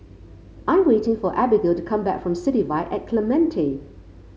I'm waiting for Abigail to come back from City Vibe at Clementi